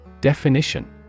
Definition